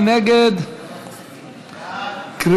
מי נגד?